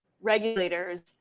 regulators